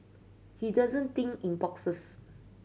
he doesn't think in boxes